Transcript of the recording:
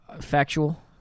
factual